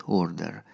order